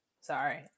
Sorry